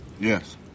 Yes